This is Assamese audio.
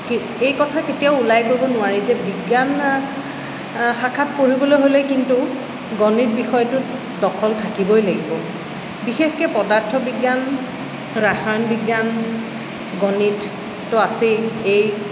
কি এই কথা কেতিয়াও ওলাই কৰিব নোৱাৰি যে বিজ্ঞান শাখাত পঢ়িবলৈ হ'লে কিন্তু গণিত বিষয়টোত দখল থাকিবই লাগিব বিশেষকৈ পদাৰ্থ বিজ্ঞান ৰসায়ন বিজ্ঞান গণিততো আছেই এই